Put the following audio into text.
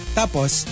tapos